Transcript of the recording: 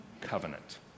covenant